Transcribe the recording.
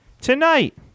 Tonight